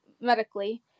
medically